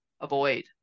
avoid